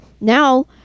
now